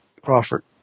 Crawford